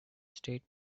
state